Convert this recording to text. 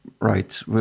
right